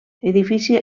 edifici